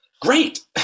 great